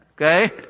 Okay